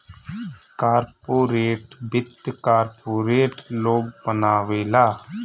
corporate वित्त corporate लोग बनावेला